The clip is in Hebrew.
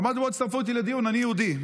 אמרתי: בואו, תצרפו אותי לדיון, אני יהודי.